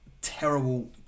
terrible